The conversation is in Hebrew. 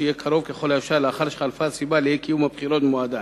שיהיה קרוב ככל האפשר לאחר שחלפה הסיבה לאי-קיום הבחירות במועדן.